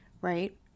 right